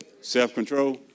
Self-control